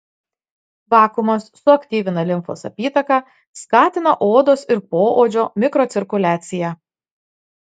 vakuumas suaktyvina limfos apytaką skatina odos ir poodžio mikrocirkuliaciją